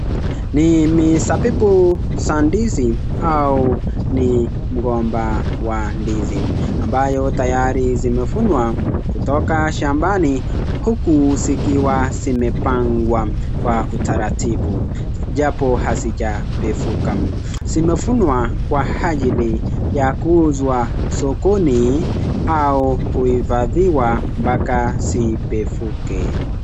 Ni misabibu za ndizi au ni mgomba wa ndizi, ambayo tayari zimevunwa kutoka shambani huku zikiwa zimepangwa kwa utaratibu japo hazijapevuka zimevunwa kwa ajili ya kuuzwa sokoni au kuhifadhiwa mpaka zipevuke.